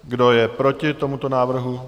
Kdo je proti tomuto návrhu?